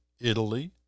Italy